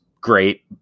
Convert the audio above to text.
great